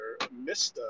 Mr